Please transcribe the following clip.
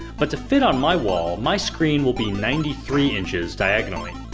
but to fit on my wall, my screen will be ninety three inches diagonally.